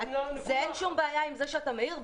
אין שום בעיה עם זה שאתה מעיר.